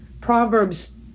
Proverbs